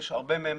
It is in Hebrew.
יש הרבה מהם,